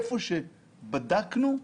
איפה שבדקנו,